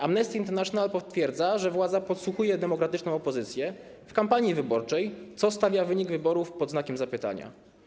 Amnesty International potwierdza, że władza podsłuchuje demokratyczną opozycję w kampanii wyborczej, co stawia wynik wyborów pod znakiem zapytania.